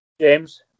James